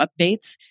updates